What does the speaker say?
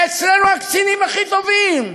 אצלנו הקצינים הכי טובים.